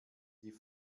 die